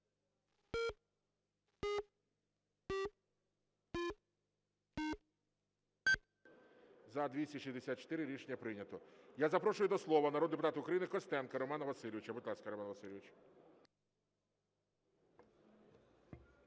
За-264 Рішення прийнято. Я запрошую до слова народного депутата України Костенка Романа Васильовича.